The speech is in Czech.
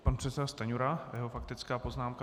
Pan předseda Stanjura a jeho faktická poznámka.